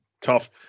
tough